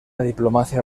diplomacia